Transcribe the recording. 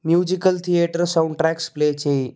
musical theatre soundtracks play చేయి